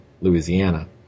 Louisiana